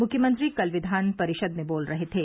मुख्यमंत्री कल विधान परिषद में बोल रहे थे